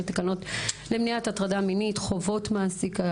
לתקנות למניעת הטרדה מינית (חובות מעסיק),